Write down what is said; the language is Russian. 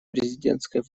президентской